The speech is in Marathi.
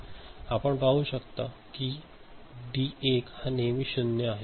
आपण पाहू शकता की डी 1 हा नेहमी 0 आहे